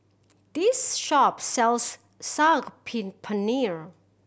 this shop sells Saag pin Paneer